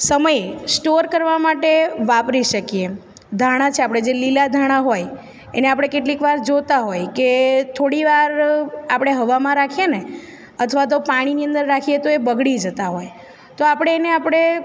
સમય સ્ટોર કરવા માટે વાપરી શકીએ ધાણા છે આપણે જે લીલા ધાણા હોય એને કેટલીક વાર જોતાં હોય કે થોડી વાર આપણે હવામાં રાખીએને અથવા તો પાણીની અંદર રાખીએ તો એ બગડી જતા હોય તો આપણે એને આપણે